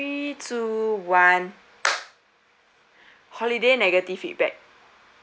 two one holiday negative feedback